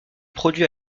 produit